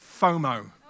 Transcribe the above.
FOMO